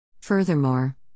Furthermore